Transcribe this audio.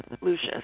Lucius